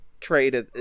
trade